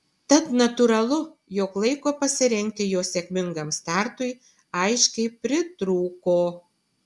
tad natūralu jog laiko pasirengti jo sėkmingam startui aiškiai pritrūko